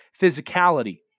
physicality